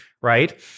right